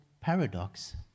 paradox